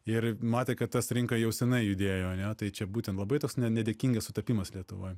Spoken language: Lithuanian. ir matė kad tas rinka jau senai judėjo ane tai čia būtent labai nedėkingas sutapimas lietuvoj